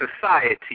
society